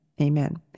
amen